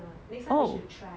oh